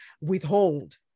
withhold